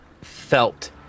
felt